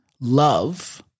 Love